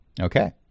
Okay